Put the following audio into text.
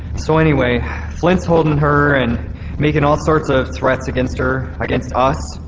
so anyway flint's holding her and making all sorts of threats against her against us,